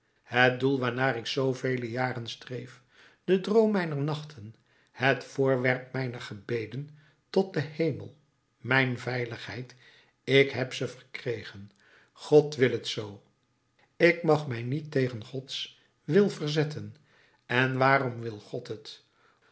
het doel waarnaar ik zoovele jaren streef de droom mijner nachten het voorwerp mijner gebeden tot den hemel mijn veiligheid ik heb ze verkregen god wil het zoo ik mag mij niet tegen gods wil verzetten en waarom wil god het